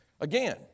Again